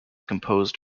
composed